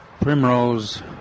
primrose